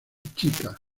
chica